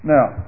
Now